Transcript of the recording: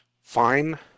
fine